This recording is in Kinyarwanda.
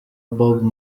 bob